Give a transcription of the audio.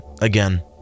Again